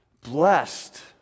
Blessed